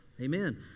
amen